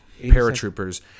paratroopers